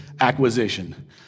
acquisition